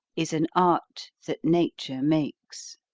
is an art that nature makes